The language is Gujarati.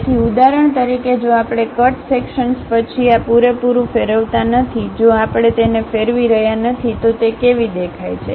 તેથી ઉદાહરણ તરીકે જો આપણે કટ સેક્શન પછી આ પૂરેપૂરું ફેરવતાં નથી જો આપણે તેને ફેરવી રહ્યા નથી તો તે કેવી દેખાય છે